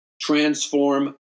transform